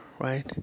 right